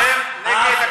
אתם נגד הקדמת הבחירות?